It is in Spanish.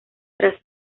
tras